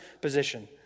position